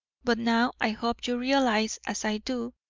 but now i hope you realise, as i do,